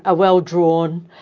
ah well-drawn.